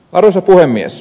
arvoisa puhemies